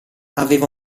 aveva